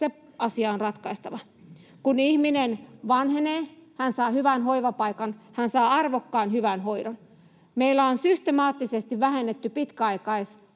se asia on ratkaistava — ja kun ihminen vanhenee, hän saa hyvän hoivapaikan ja arvokkaan, hyvän hoidon. Meillä on systemaattisesti vähennetty pitkäaikaishoivapaikkoja,